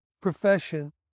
profession